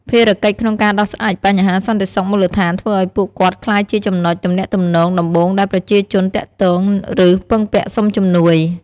ភារកិច្ចក្នុងការដោះស្រាយបញ្ហាសន្តិសុខមូលដ្ឋានធ្វើឲ្យពួកគាត់ក្លាយជាចំណុចទំនាក់ទំនងដំបូងដែលប្រជាជនទាក់ទង ឬពឹងពាក់សុំជំនួយ។